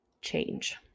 change